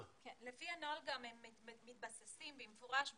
לפי הנוהל, הם מתבססים במפורש.